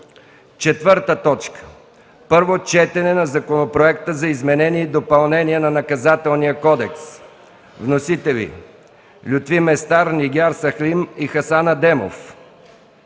България. 4. Първо четене на законопроекти за изменение и допълнение на Наказателния кодекс. Вносители – Лютви Местан, Нигяр Сахлим и Хасан Адемов;